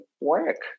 work